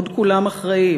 בעוד כולם אחראים,